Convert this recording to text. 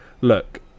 look